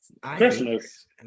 Christmas